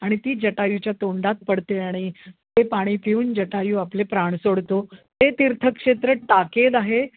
आणि ती जटायूच्या तोंडात पडते आणि ते पाणी पिऊन जटायू आपले प्राण सोडतो ते तीर्थक्षेत्र टाकेद आहे